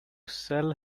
sell